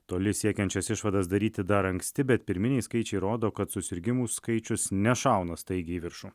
toli siekiančias išvadas daryti dar anksti bet pirminiai skaičiai rodo kad susirgimų skaičius nešauna staigiai viršų